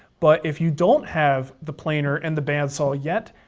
but if you don't have the planer and the bandsaw yet,